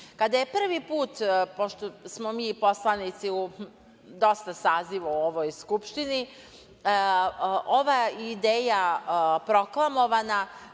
Kada je prvi put, pošto smo mi poslanici u dosta saziva u ovoj Skupštini, ova ideje proklamovana